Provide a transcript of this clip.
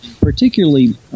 particularly